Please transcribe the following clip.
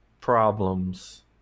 problems